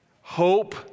Hope